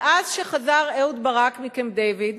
מאז חזר אהוד ברק מקמפ-דייוויד